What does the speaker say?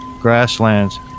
grasslands